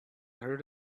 heard